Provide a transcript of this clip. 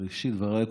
בראשית דבריי,